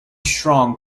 strong